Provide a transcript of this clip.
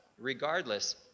regardless